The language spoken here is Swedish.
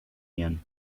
igen